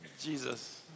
Jesus